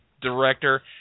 director